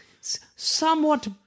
somewhat